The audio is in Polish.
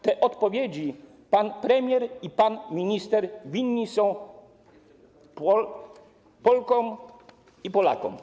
Te odpowiedzi pan premier i pan minister winni są Polkom i Polakom.